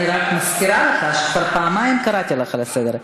אני רק מזכירה לך שכבר פעמיים קראתי אותך לסדר.